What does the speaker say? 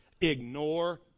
ignore